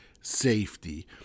safety